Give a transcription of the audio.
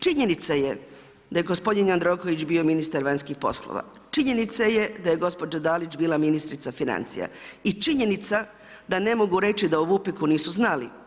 Činjenica je da je gospodin Jandroković bio ministar vanjskih poslova, činjenica je da je gospođa Dalić bila ministrica financija i činjenica da ne mogu reći da u VUPIK-u nisu znali.